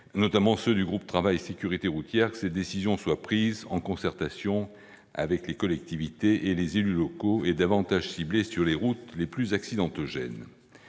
notamment ceux du groupe de travail sur la sécurité routière, que ces décisions soient prises en concertation avec les collectivités et les élus locaux et davantage ciblées sur les routes les plus accidentogènes.